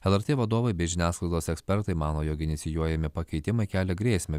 lrt vadovai bei žiniasklaidos ekspertai mano jog inicijuojami pakeitimai kelia grėsmę